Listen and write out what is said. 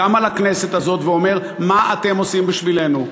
גם על הכנסת הזאת, ואומר: מה אתם עושים בשבילנו?